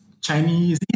Chinese